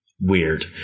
Weird